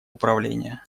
управления